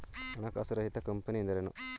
ಹಣಕಾಸು ರಹಿತ ಕಂಪನಿ ಎಂದರೇನು?